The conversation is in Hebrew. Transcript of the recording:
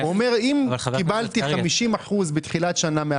הוא אומר: אם קיבלתי בתחילת השנה 50% מן